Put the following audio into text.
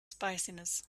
spiciness